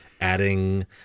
adding